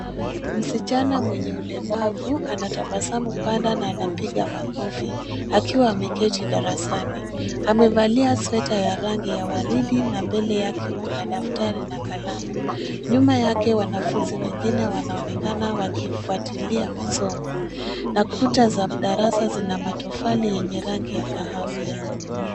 Msichana mwenye ulemavu ana tabasamu pana na anapiga makofi akiwa ameketi darasani. Amevalia sweta ya rangi ya waridi na mbele yake kuna daftari na kalamu. Nyuma yake wanafunzi wengine wanaonekana wakifuatilia masomo na kuta za darasa zina matofali yenye rangi ya kahawia.